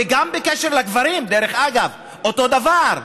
גם בקשר לגברים, דרך אגב, אותו דבר.